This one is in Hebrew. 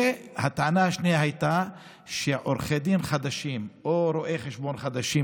הטענה השנייה הייתה שעורכי דין חדשים או רואי חשבון חדשים,